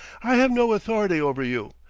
i have no authority over you.